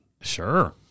Sure